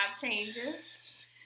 changes